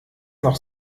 noch